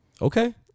Okay